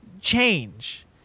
change